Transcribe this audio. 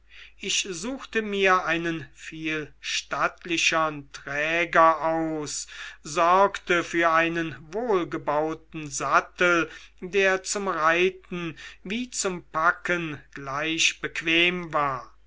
ich suchte mir einen viel stattlicheren träger aus sorgte für einen wohlgebauten sattel der zum reiten wie zum packen gleich bequem war